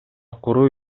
куруу